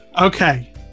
Okay